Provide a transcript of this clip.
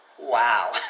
wow